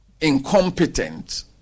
incompetent